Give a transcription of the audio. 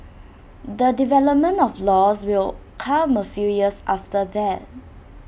the development of laws will come A few years after that